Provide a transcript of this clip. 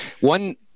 One